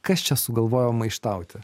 kas čia sugalvojo maištauti